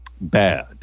Bad